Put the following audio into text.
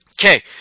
Okay